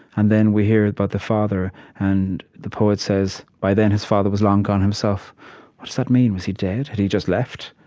and then we hear about the father. and the poet says, by then his father was long gone himself what's that mean? was he dead? had he just left?